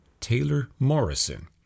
Taylor-Morrison